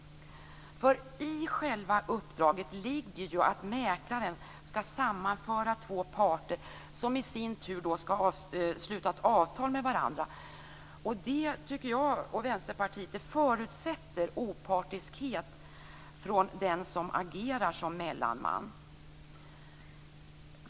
För i själva uppdraget ligger ju att mäklaren skall sammanföra två parter som i sin tur skall sluta avtal med varandra. Det tycker jag och Vänsterpartiet förutsätter opartiskhet från den som agerar som mellanman.